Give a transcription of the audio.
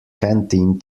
canteen